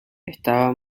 estaba